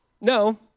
no